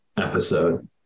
episode